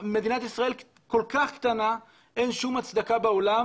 מדינת ישראל כל כך קטנה ואין שום הצדקה בעולם